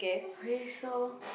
okay so